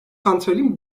santralin